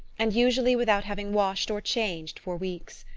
and usually without having washed or changed for weeks.